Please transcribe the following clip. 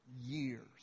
years